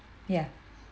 ya